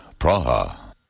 Praha